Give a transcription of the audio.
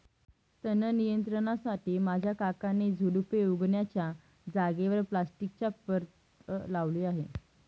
तण नियंत्रणासाठी माझ्या काकांनी झुडुपे उगण्याच्या जागेवर प्लास्टिकची परत लावली आहे